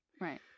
Right